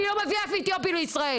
אני לא מביא אף אתיופי לישראל,